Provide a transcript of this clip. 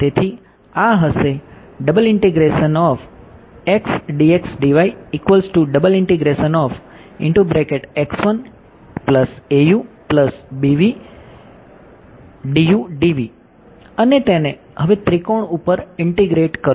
તેથી આ હશે અને તેને હવે ત્રિકોણ ઉપર ઇન્ટીગ્રેટ કરો